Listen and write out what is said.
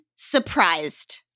Surprised